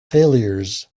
failures